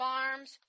Farms